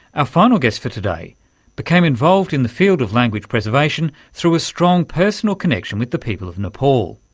ah final guest for today became involved in the field of language preservation through a strong personal connection with the people of nepal.